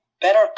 Better